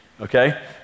okay